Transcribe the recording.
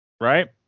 Right